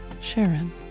Sharon